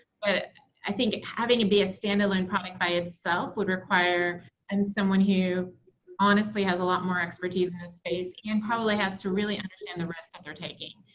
but i think having it be a standalone product by itself would require and someone who honestly has a lot more expertise in this space and probably has to really understand the risk that they're taking.